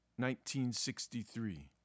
1963